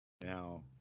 now